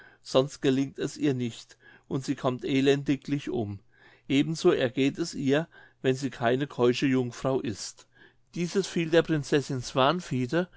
sonst gelingt es ihr nicht und sie kommt elendiglich um eben so ergeht es ihr wenn sie keine keusche jungfrau ist dieses fiel der prinzessin